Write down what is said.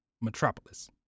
Metropolis